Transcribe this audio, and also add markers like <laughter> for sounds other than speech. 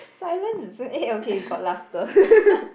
silence isn't eh okay got laughter <laughs>